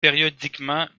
périodiquement